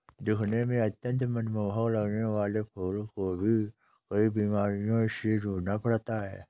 दिखने में अत्यंत मनमोहक लगने वाले फूलों को भी कई बीमारियों से जूझना पड़ता है